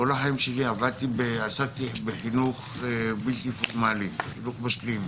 כל החיים עסקתי בחינוך בלתי פורמאלי, חינוך משלים.